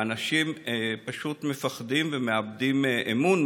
ואנשים פשוט מפחדים ומאבדים אמון,